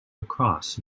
across